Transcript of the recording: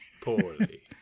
poorly